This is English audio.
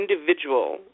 individual